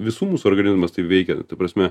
visų mūsų organizmas taip veikia ta prasme